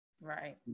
right